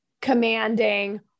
commanding